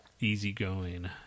easygoing